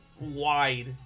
wide